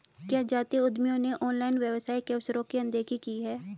क्या जातीय उद्यमियों ने ऑनलाइन व्यवसाय के अवसरों की अनदेखी की है?